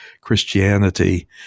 Christianity